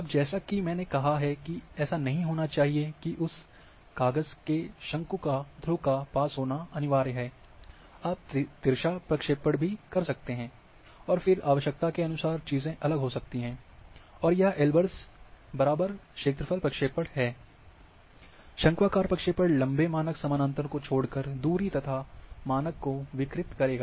अब जैसा कि मैंने कहा है कि ऐसा नहीं होना चाहिए कि उस कागज के शंकु का ध्रुव के पास होना अनिवार्य है आप तिरछा प्रक्षेपण भी कर सकते हैं और फिर आवश्यकता के अनुसार चीजें अलग हो सकती हैं और यह एल्बर्स बराबर क्षेत्रफल प्रक्षेप है शंक्वाकार प्रक्षेपण लम्बे मानक समानांतर को छोड़कर दूरी तथा मानक को विकृत करेगा